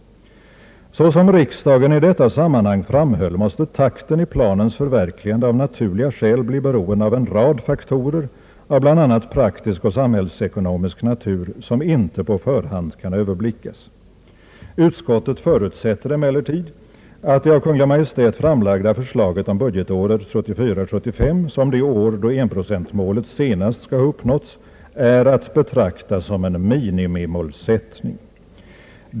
Såsom riksdagen i detta sammanhang framhöll måste takten i planens förverkligande av naturliga skäl bli beroende av en rad faktorer av bl.a. praktisk och samhällsekonomisk natur, som inte på förhand kan överblickas. Utskottet förutsätter emellertid att det av Kungl. Maj:t framlagda förslaget om budgetåret 1974/75 som det år då 1 9Yo-målet senast skall ha uppnåtts är att betrakta som en minimimålsättning.